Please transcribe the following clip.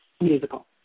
musical